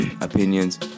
opinions